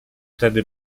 wtedy